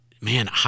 man